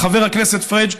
חבר הכנסת פריג',